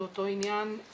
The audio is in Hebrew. באותו עניין,